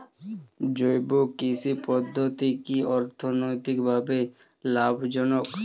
জৈব কৃষি পদ্ধতি কি অর্থনৈতিকভাবে লাভজনক?